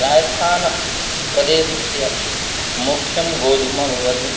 राजस्थानप्रदेशस्य मुख्यं गोधूम भवति